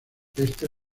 esta